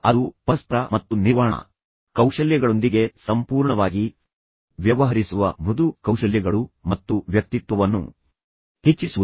ಅದು ಪರಸ್ಪರ ಮತ್ತು ನಿರ್ವಹಣಾ ಕೌಶಲ್ಯಗಳೊಂದಿಗೆ ಸಂಪೂರ್ಣವಾಗಿ ವ್ಯವಹರಿಸುವ ಮೃದು ಕೌಶಲ್ಯಗಳು ಮತ್ತು ವ್ಯಕ್ತಿತ್ವವನ್ನು ಹೆಚ್ಚಿಸುವುದು